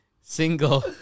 Single